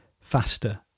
faster